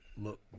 look